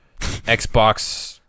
xbox